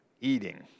eating